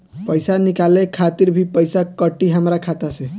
पईसा निकाले खातिर भी पईसा कटी हमरा खाता से?